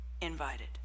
invited